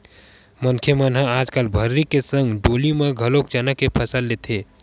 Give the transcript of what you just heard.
मनखे मन ह आजकल भर्री के संग डोली म घलोक चना के फसल ल लेथे